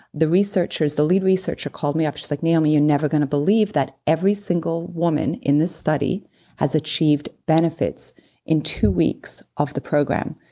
the researchers, the lead researcher called me up. she's like, naomi, you're never going to believe that every single woman in this study has achieved benefits in two weeks of the program,